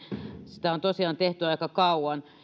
sitä on tosiaan tehty aika kauan